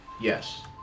Yes